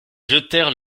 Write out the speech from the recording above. jetèrent